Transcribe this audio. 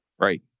Right